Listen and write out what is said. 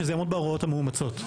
שזה יעמוד בהוראות המאומצות.